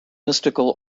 mystical